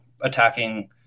attacking